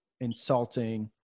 insulting